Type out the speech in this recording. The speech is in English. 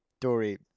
Dory